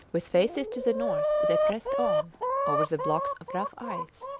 with faces to the north, they pressed on over the blocks of rough ice,